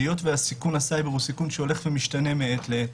היות שהסיכון לסייבר הוא סיכון שהולך ומשתנה מעת לעת,